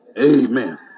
Amen